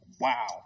wow